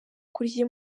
kurya